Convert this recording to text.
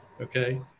Okay